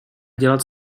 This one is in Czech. dělat